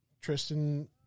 Tristan